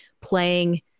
playing